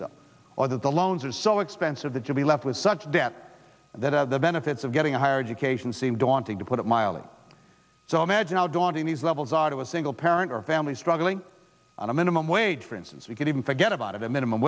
so or that the loans are so expensive that you'll be left with such debt that the benefits of getting a higher education seem daunting to put it mildly so imagine how daunting these levels are to a single parent or family struggling on a minimum wage for instance we can even forget about a minimum